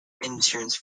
insurance